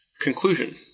Conclusion